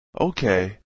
Okay